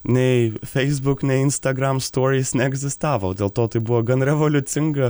nei feisbuk nei instagram storys neegzistavo dėl to tai buvo gan revoliucinga